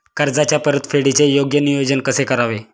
कर्जाच्या परतफेडीचे योग्य नियोजन कसे करावे?